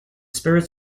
spirit